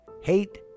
Hate